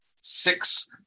six